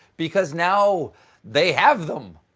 because now they have them!